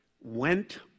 went